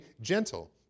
gentle